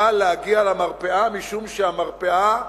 למרפאה, משום שהמרפאה